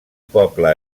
poble